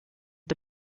the